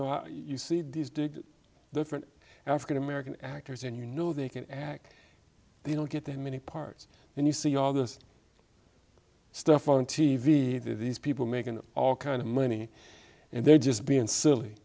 how you see these did the different african american actors and you know they can act they don't get that many parts and you see all this stuff on t v these people making all kind of money and they're just being silly